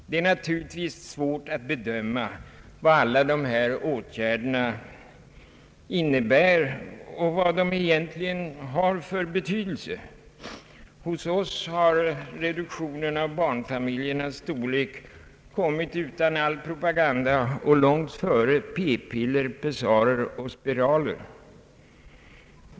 Det är naturligtvis svårt att bedöma vad alla dessa åtgärder innebär och vad de egentligen har för betydelse. Hos oss har reduktionen av barnfamiljernas storlek skett utan all propaganda och långt före p-piller, pessarer och spiraler.